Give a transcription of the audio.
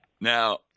Now